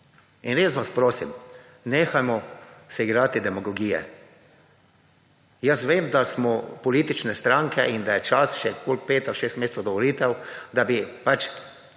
In res vas prosim, nehajmo se igrati demagogije. Jaz vem, da smo politične stranke in da je čas še – koliko? – pet ali šeste mesecev do volitev, da bi pač